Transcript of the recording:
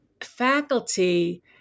faculty